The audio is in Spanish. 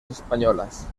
españolas